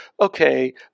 okay